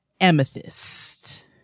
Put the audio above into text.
Amethyst